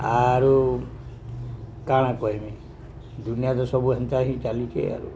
ଆରୁ କାଣା କହମି ଦୁନିଆଁ ତ ସବୁ ହେନ୍ତା ହିଁ ଚାଲିଛେ ଆରୁ